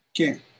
Okay